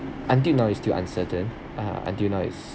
until now it's still uncertain uh until now it's